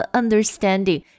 understanding